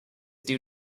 due